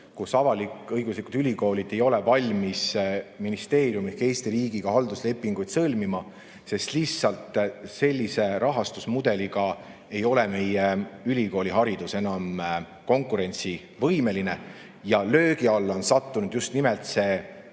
kus avalik-õiguslikud ülikoolid ei ole valmis ministeeriumi ehk Eesti riigiga halduslepinguid sõlmima, sest sellise rahastusmudeliga ei ole meie ülikooliharidus enam konkurentsivõimeline ja löögi alla on sattunud just nimelt